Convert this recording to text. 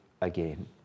again